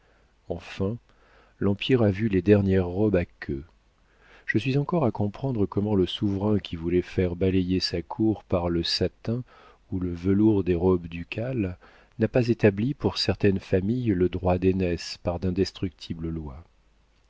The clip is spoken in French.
enfin l'empire a vu les dernières robes à queue je suis encore à comprendre comment le souverain qui voulait faire balayer sa cour par le satin ou le velours des robes ducales n'a pas établi pour certaines familles le droit d'aînesse par d'indestructibles lois